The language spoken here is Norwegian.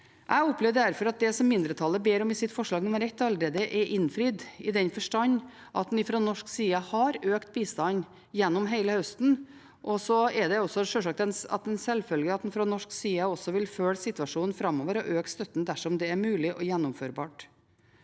Jeg opplever derfor at det som mindretallet ber om i forslag nr. 1, allerede er innfridd, i den forstand at en fra norsk side har økt bistanden gjennom hele høsten. Det er sjølsagt at en fra norsk side også vil følge situasjonen framover og øke støtten dersom det er mulig og gjennomførbart.